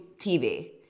TV